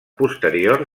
posterior